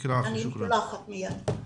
אני שולחת מיד.